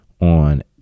on